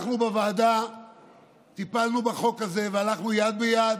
אנחנו בוועדה טיפלנו בחוק הזה והלכנו יד ביד